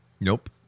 Nope